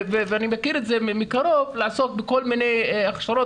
ואני מכיר את זה מקרוב לעשות כל מיני הכשרות